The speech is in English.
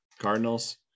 Cardinals